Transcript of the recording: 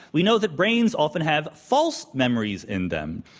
we know that brains often have false memories in them.